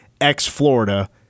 ex-Florida